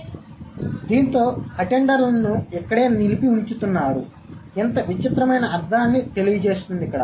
కాబట్టిదీంతో అటెండర్లను ఇక్కడే నిలిపి ఉంచుతున్నారు ఇంత విచిత్రమైన అర్థాన్ని తెలియజేస్తుంది